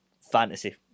fantasy